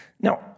Now